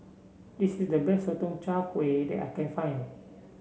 this is the best Sotong Char Kway that I can find